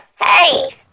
Hey